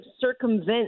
circumvent